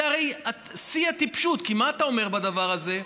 זה הרי שיא הטיפשות, כי מה אתה אומר בדבר הזה?